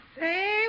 Say